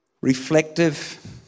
reflective